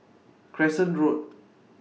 Crescent Road